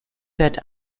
wird